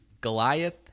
Goliath